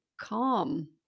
calm